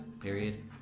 period